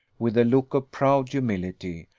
with a look of proud humility,